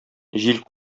җил